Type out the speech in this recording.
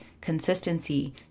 consistency